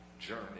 journey